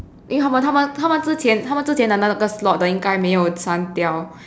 因为他们他们他们之前他们之前的那个 slot 的应该没有删掉